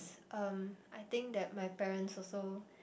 um I think that my parents also